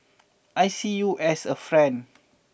I see you as a friend